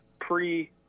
pre-